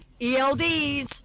ELDs